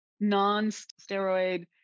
non-steroid